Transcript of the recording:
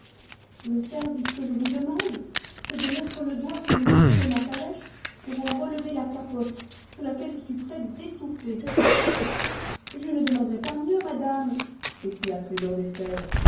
le service que je vous demande c'est de mettre le doigt sur le bouton de ma calèche pour en relever la capote sous laquelle je suis prête d'étouffer je ne demanderais pas mieux madame s'écria trésor des fèves